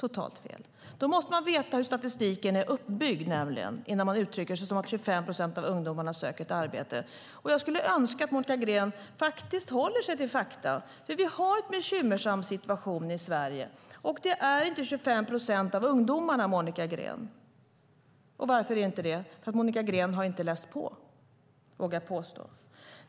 Man måste veta hur statistiken är uppbyggd innan man uttrycker att 25 procent av ungdomarna söker ett arbete. Jag skulle önska att Monica Green håller sig till fakta. Vi har en bekymmersam situation i Sverige. Det är inte 25 procent av ungdomarna, Monica Green. Varför är det inte det? Monica Green har inte läst på, vågar jag påstå.